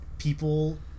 people